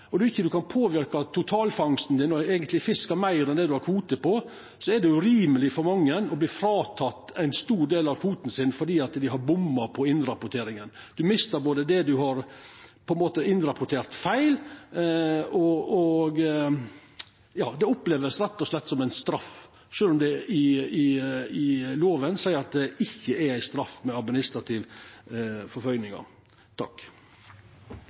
og ein ikkje kan påverka totalfangsten og fiska meir enn kvoten, er det urimeleg for mange å verta fråtekne ein stor del av fangsten sin fordi dei har bomma på innrapporteringa. Ein mistar det ein har innrapportert feil – det vert rett og slett opplevd som ein straff sjølv om ein i loven seier at det ikkje er straff med